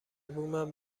بومم